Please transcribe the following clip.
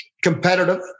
competitive